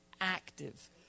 active